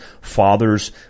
fathers